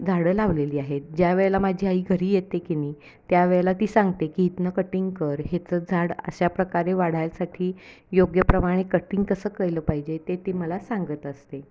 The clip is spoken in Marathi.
झाडं लावलेली आहेत ज्यावेळेला माझी आई घरी येते की नाही त्यावेळेला ती सांगते की इथून कटिंग कर ह्याचं झाड अशा प्रकारे वाढायसाठी योग्यप्रमाणे कटिंग कसं केलं पाहिजे ते ती मला सांगत असते